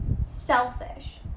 selfish